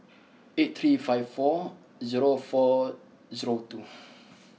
eight three five four zero four zero two